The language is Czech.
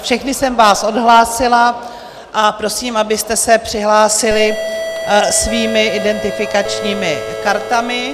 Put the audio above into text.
Všechny jsem vás odhlásila a prosím, abyste se přihlásili svými identifikačními kartami.